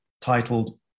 titled